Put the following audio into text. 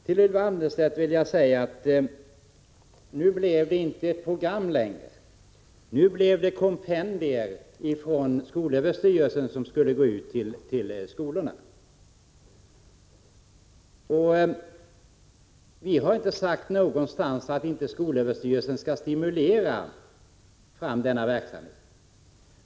Till Ylva Annerstedt vill jag säga: Nu blev det inte något program, utan det blev kompendier från skolöverstyrelsen som skulle gå ut till skolorna. Vi har inte någonstans sagt att skolöverstyrelsen inte skall stimulera denna verk samhet.